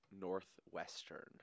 Northwestern